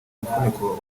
mufuniko